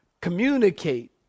communicate